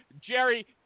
Jerry